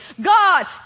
God